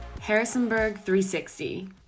Harrisonburg360